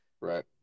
Right